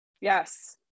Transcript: Yes